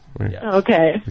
Okay